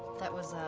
that was